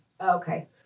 Okay